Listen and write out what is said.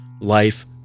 life